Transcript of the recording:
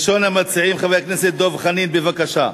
ראשון המציעים, חבר הכנסת דב חנין, בבקשה.